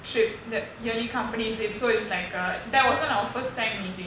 trip that yearly company trip so it's like a that wasn't our first time meeting